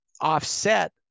offset